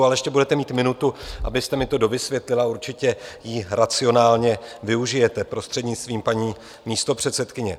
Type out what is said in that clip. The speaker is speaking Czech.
Ale ještě budete mít minutu, abyste mi to dovysvětlil, a určitě ji racionálně využijete, prostřednictvím paní místopředsedkyně.